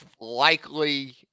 likely